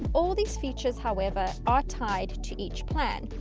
all these features however are tied to each plan.